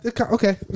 Okay